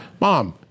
mom